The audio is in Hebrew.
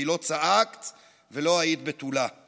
כי לא צעקת ולא היית בתולה /